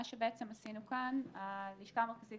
מה שבעצם עשינו כאן הלשכה המרכזית